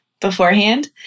beforehand